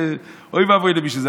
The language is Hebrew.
אוי ואבוי למי שזה,